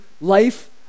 life